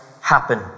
happen